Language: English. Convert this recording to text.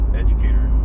educator